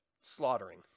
slaughtering